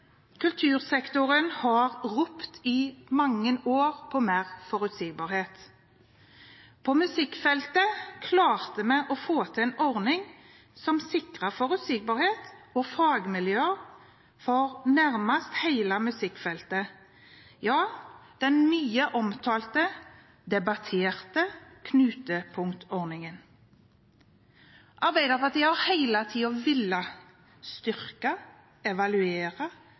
Kultursektoren har ropt i mange år på mer forutsigbarhet. På musikkfeltet klarte vi å få til en ordning som sikrer forutsigbarhet og fagmiljøer for nærmest hele musikkfeltet – den mye omtalte og debatterte knutepunktordningen. Arbeiderpartiet har hele tiden villet styrke, evaluere,